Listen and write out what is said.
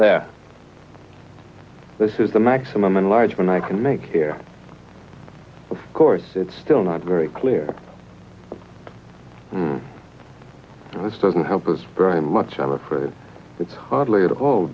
that this is the maximum enlargement i can make here of course it's still not very clear this doesn't help us very much i'm afraid it's hardly at all